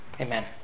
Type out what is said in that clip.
Amen